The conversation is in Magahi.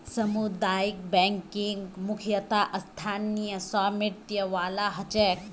सामुदायिक बैंकिंग मुख्यतः स्थानीय स्वामित्य वाला ह छेक